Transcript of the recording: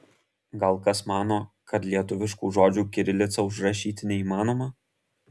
gal kas mano kad lietuviškų žodžių kirilica užrašyti neįmanoma